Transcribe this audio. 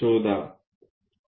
शोधा